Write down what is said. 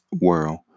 world